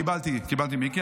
קיבלתי, מיקי.